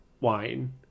wine